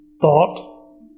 thought